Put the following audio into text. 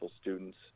students